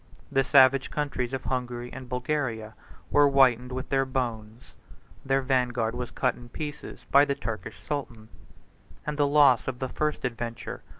the savage countries of hungary and bulgaria were whitened with their bones their vanguard was cut in pieces by the turkish sultan and the loss of the first adventure,